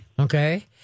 Okay